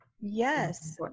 Yes